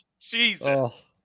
Jesus